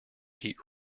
heat